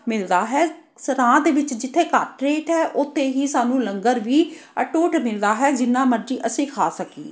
ਮਿਲਦਾ ਹੈ ਸਰਾਂ ਦੇ ਵਿੱਚ ਜਿੱਥੇ ਘੱਟ ਰੇਟ ਹੈ ਉੱਥੇ ਹੀ ਸਾਨੂੰ ਲੰਗਰ ਵੀ ਅਟੁੱਟ ਮਿਲਦਾ ਹੈ ਜਿੰਨਾ ਮਰਜ਼ੀ ਅਸੀਂ ਖਾ ਸਕੀਏ